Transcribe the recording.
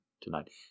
tonight